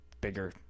bigger